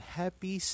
happy